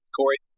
Corey